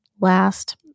last